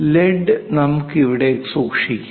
lead നമുക്ക് ഇവിടെ സൂക്ഷിക്കാം